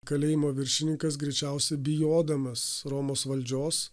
kalėjimo viršininkas greičiausiai bijodamas romos valdžios